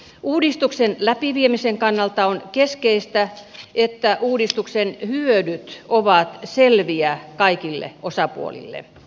uudistuksen läpiviemisen kannalta on keskeistä että uudistuksen hyödyt ovat selviä kaikille osapuolille